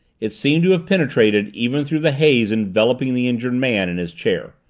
it seemed to have penetrated even through the haze enveloping the injured man in his chair.